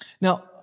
Now